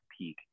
peak